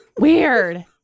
Weird